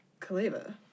Kaleva